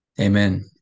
Amen